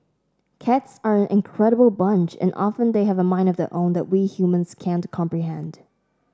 cats are an incredible bunch and often they have a mind of their own that we humans can't comprehend